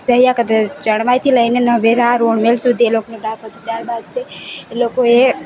સહ્યા કરતા ચણવાઈથી લઈને નવેરા રોણમેલ સુધી એ લોકનું ધાક હતું ત્યારબાદ તે એ લોકોએ